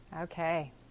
Okay